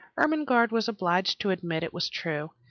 ermengarde was obliged to admit it was true,